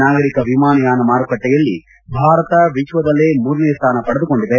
ನಾಗರಿಕ ವಿಮಾನಯಾನ ಮಾರುಕಟ್ಟೆಯಲ್ಲಿ ಭಾರತ ವಿಶ್ವದಲ್ಲೇ ಮೂರನೇ ಸ್ಥಾನ ಪಡೆದುಕೊಂಡಿದೆ